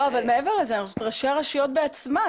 מעבר לזה, ראשי הרשויות בעצמם.